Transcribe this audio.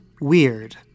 weird